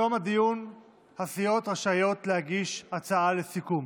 בתום הדיון הסיעות רשאיות להגיש הצעה לסיכום.